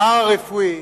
פארה-רפואי,